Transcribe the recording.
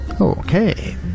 Okay